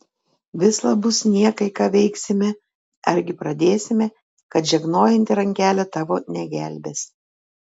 vislab bus niekai ką veiksime argi pradėsime kad žegnojanti rankelė tavo negelbės